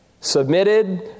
submitted